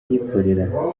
yikorera